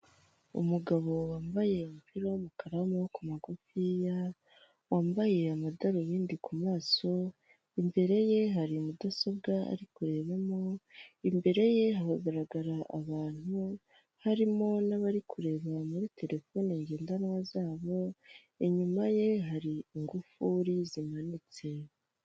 Umugabo wambaye umupira w'umukara w'amaboko magufiya wambaye amadarubindi ku maso, imbere ye hari mudasobwa, ari kurebamo imbere ye hagaragara abantu, harimo n'abari kureba muri telefone ngendanwa zabo, inyuma ye hari ingufuri zimanitse.